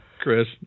Chris